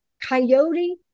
Coyote